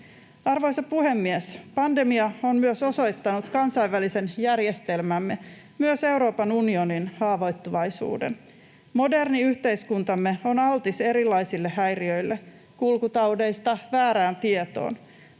Arvoisa puhemies! Pandemia on myös osoittanut kansainvälisen järjestelmämme, myös Euroopan unionin, haavoittuvaisuuden. Moderni yhteiskuntamme on altis erilaisille häiriöille, kulkutaudeista väärään tietoon.